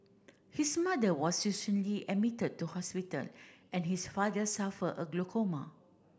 his mother was admitted to hospital and his father suffer a glaucoma